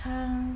他